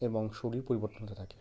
এবং শরীর পরিবর্তন হতে থাকে